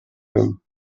room